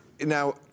Now